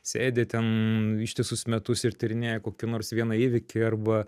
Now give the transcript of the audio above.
sėdi ten ištisus metus ir tyrinėja kokį nors vieną įvykį arba